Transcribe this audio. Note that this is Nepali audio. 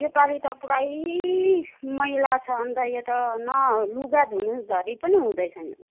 योपालि त पुरै मैला छ अन्त यो त न लुगा धुनु धरि पनि हुँदै छैन